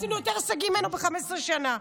עשינו יותר הישגים ממנו ב-15 שנה.